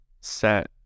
set